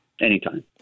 Anytime